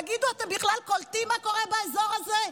תגידו, אתם בכלל קולטים מה קורה באזור הזה?